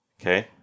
Okay